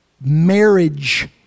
marriage